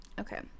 Okay